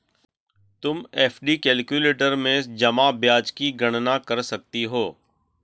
तुम FD calculator में जमा ब्याज की गणना कर सकती हो